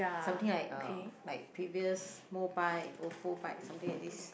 something like uh like previous mobike Ofo Bike or something like this